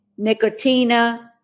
Nicotina